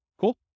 Cool